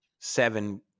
seven